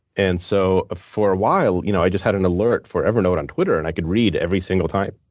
and so ah for a while, you know i just had an alert for evernote on twitter, and i could read every single time.